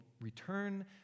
return